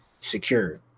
secure